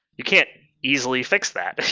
you can't easily fix that,